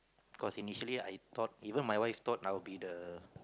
cause initially I thought even my wife thought I'll be the